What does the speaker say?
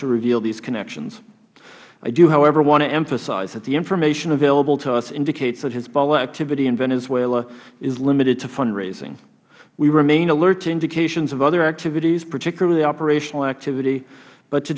to reveal these connections i do however want to emphasize that the information available to us indicates that hezbollah activity in venezuela is limited to fundraising we remain alert to indications of other activities particularly operational activity but to